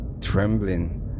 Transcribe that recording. trembling